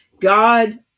God